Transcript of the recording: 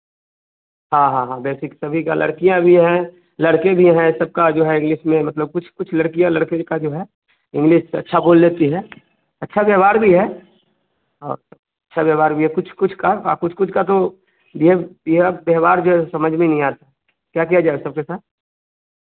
हाँ हाँ हाँ बेसिक सभी का लड़कियाँ भी हैं लड़के भी हैं सबका जो है इंग्लिश में मतलब कुछ कुछ लड़कियाँ लड़के का जो है इंग्लिश अच्छा बोल लेती हैं अच्छा व्यवहार भी है अच्छा व्यावहार भी है कुछ कुछ का और कुछ कुछ का तो जो है यह व्यवहार भी समझ मे नहीं आता क्या किया जाए